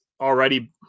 already